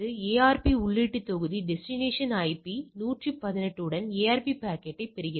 ARP உள்ளீட்டு தொகுதி destination IP 118 உடன் ARP பாக்கெட்டைப் பெறுகிறது